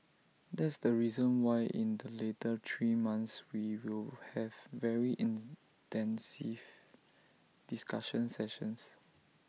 that's the reason why in the later three months we will have very intensive discussion sessions